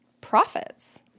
profits